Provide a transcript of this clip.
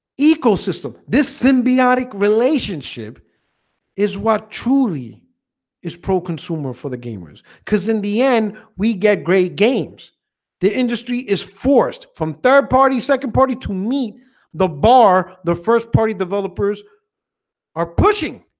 ecosystem this symbiotic relationship is what truly is? pro-consumer for the gamers because in the end we get great games the industry is forced from third party second party to meet the bar. the first party developers are pushing